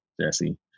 Jesse